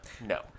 no